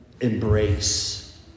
embrace